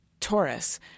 Taurus